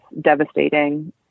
devastating